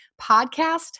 podcast